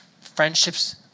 friendships